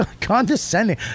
condescending